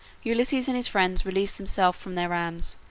ulysses and his friends released themselves from their rams,